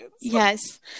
Yes